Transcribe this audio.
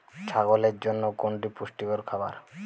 ছাগলের জন্য কোনটি পুষ্টিকর খাবার?